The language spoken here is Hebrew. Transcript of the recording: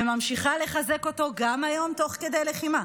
וממשיכה לחזק אותו גם היום תוך כדי לחימה.